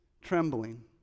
trembling